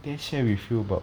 did I share with you about